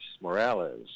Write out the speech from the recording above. Morales